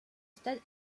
stade